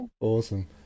Awesome